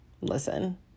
listen